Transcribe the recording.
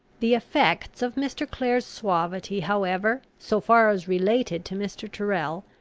the effects of mr. clare's suavity however, so far as related to mr. tyrrel,